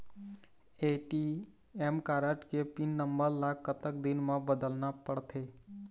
ATM card के pin number ला कतक दिन म बदलना पड़थे?